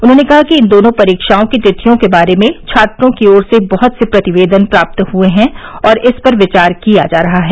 उन्होंने कहा कि इन दोनों परीक्षाओं की तिथियों के बारे में छात्रों की ओर से बहुत से प्रतिवेदन प्राप्त हुए हैं और इस पर विचार किया जा रहा है